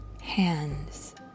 hands